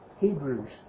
Hebrews